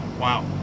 Wow